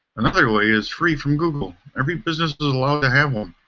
another way is free from google, every business but is allowed to have um